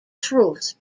truth